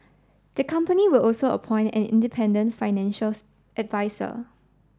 the company will also appoint an independent financials adviser